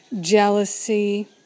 jealousy